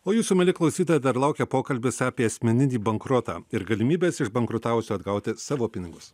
o jūsų mieli klausytojai dar laukia pokalbis apie asmeninį bankrotą ir galimybes iš bankrutavusio atgauti savo pinigus